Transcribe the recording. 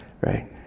right